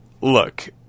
look